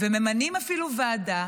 וממנים אפילו ועדה